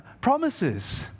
promises